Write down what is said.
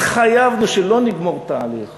התחייבנו שלא נגמור תהליך